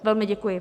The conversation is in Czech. Velmi děkuji.